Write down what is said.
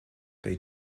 they